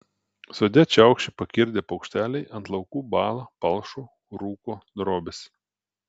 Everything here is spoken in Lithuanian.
sode čiaukši pakirdę paukšteliai ant laukų bąla palšo rūko drobės